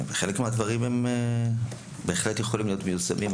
חלק מהדברים בהחלט יכולים להיות מיושמים,